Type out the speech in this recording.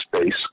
space